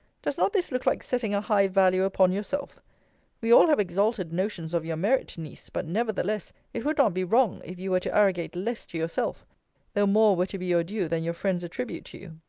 does not this look like setting a high value upon yourself we all have exalted notions of your merit, niece but nevertheless, it would not be wrong, if you were to arrogate less to yourself though more were to be your due than your friends attribute to you.